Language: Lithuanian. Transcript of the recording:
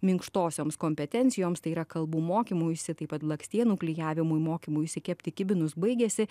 minkštosioms kompetencijoms tai yra kalbų mokymuisi taip pat blakstienų klijavimui mokymuisi kepti kibinus baigėsi